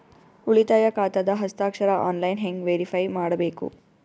ಉಳಿತಾಯ ಖಾತಾದ ಹಸ್ತಾಕ್ಷರ ಆನ್ಲೈನ್ ಹೆಂಗ್ ವೇರಿಫೈ ಮಾಡಬೇಕು?